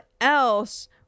else